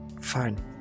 Fine